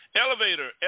Elevator